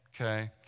okay